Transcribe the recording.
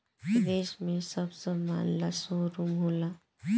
विदेश में सब समान ला शोरूम होला